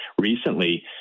recently